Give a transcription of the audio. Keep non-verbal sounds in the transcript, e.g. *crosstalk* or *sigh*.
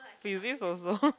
physics also *laughs*